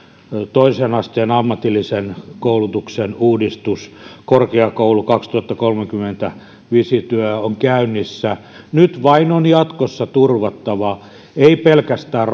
toisen asteen ammatillisen koulutuksen uudistus korkeakoulu kaksituhattakolmekymmentä visiotyö on käynnissä nyt vain on jatkossa turvattava ei pelkästään